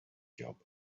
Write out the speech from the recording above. job